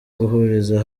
guhuriza